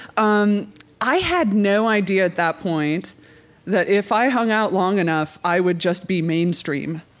um i had no idea at that point that, if i hung out long enough, i would just be mainstream